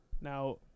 Now